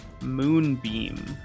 Moonbeam